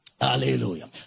Hallelujah